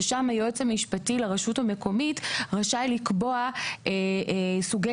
שם היועץ המשפטי לרשות המקומית רשאי לקבוע סוגי